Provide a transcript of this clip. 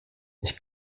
ich